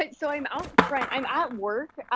but so i'm out front. i'm at work,